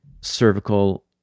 cervical